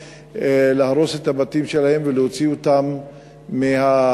להרוס את הבתים שלהם ולהוציא אותם מהבית.